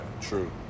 True